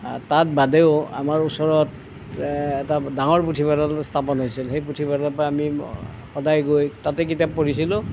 তাৰ বাদেও আমাৰ ওচৰত এটা ডাঙৰ পুথিভঁৰাল স্থাপন হৈছিল সেই পুথিভঁৰালৰ পৰা আমি সদায় গৈ তাতে কিতাপ পঢ়িছিলোঁ